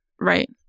Right